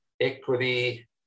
equity